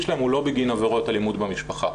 שלהם הוא לא בגין עבירות אלימות במשפחה,